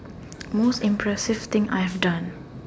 most impressive thing I've done